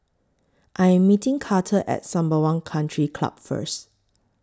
I Am meeting Karter At Sembawang Country Club First